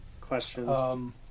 questions